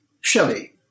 Shelley